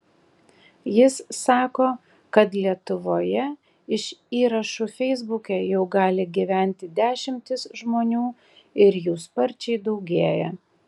jis sako kad lietuvoje iš įrašų feisbuke jau gali gyventi dešimtys žmonių ir jų sparčiai daugėja